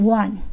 one